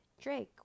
Drake